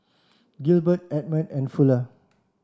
Gilbert Edmond and Fuller